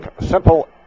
simple